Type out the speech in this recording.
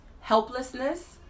helplessness